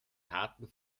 daten